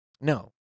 No